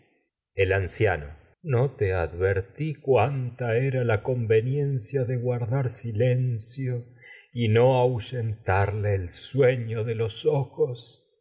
el anciano no te advertí cuánta la conve niencia de guardar silencio y no ahuyentarle el sueño de los ojos